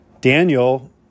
Daniel